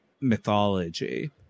mythology